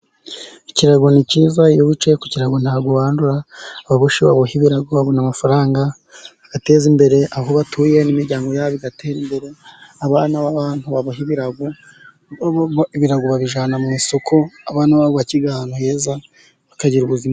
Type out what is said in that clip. Ikirago ni cyiza, iyo wicaye ku kirago ntabwo wandura. Ababoshyi baboha ibirago babona amafaranga, bagateza imbere aho batuye n'imiryango yabo igatera imbere. Abana b'abantu baboha ibirago, ibirago babijyana mu isoko, abana babo bakiga ahantu heza bakagira ubuzima.